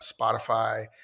Spotify